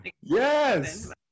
Yes